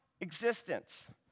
Existence